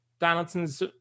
Donaldson's